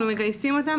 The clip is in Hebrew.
אנחנו מגייסים אותם.